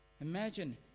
imagine